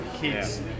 kids